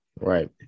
Right